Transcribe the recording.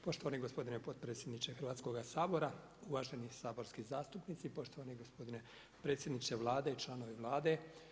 Poštovani gospodin potpredsjedniče Hrvatskog sabora, uvaženi saborski zastupnici, poštovani gospodine predsjedniče Vlade i članovi Vlade.